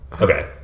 Okay